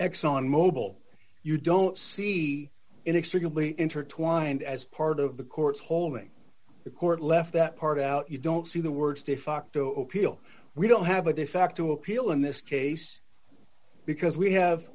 exxon mobile you don't see inextricably intertwined as part of the court's holding the court left that part out you don't see the words to fucked o p l we don't have a defacto appeal in this case because we have